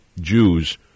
Jews